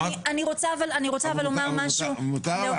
אני רוצה אבל לומר משהו לאותם --- מותר,